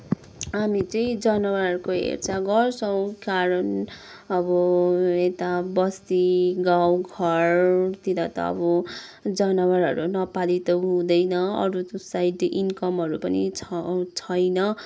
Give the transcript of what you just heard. हामी चाहिँ जनावरको हेरचाह गर्छौँ कारण अब यता बस्ती गाउँ घरतिर त अब जनावरहरू नपाली त हुँदैन अरू त साइड इन्कमहरू पनि छ छैन